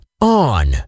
On